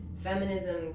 feminism